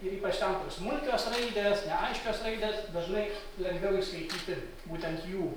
ir ypač ten kur smulkios raidės neaiškios raidės dažnai lengviau įskaityti būtent jų